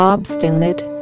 Obstinate